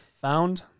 Found